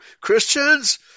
Christians